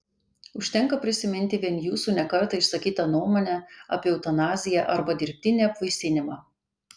užtenka prisiminti vien jūsų ne kartą išsakytą nuomonę apie eutanaziją arba dirbtinį apvaisinimą